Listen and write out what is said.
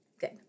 Good